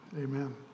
amen